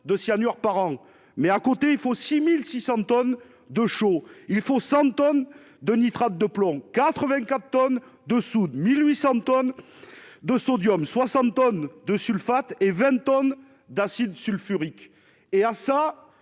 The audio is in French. de cyanure par an, mais aussi 6 600 tonnes de chaux, 100 tonnes de nitrate de plomb, 84 tonnes de soude, 1 800 tonnes de sodium, 60 tonnes de sulfates et 20 tonnes d'acide sulfurique. Or tout